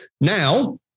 Now